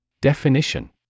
Definition